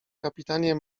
kapitanie